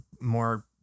more